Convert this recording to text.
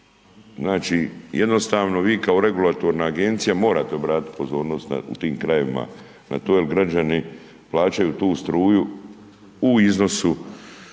Znači, jednostavno vi kao regulatorna agencija morate obratiti pozornost u tim krajevima jer ti građani plaćaju tu struju u iznosu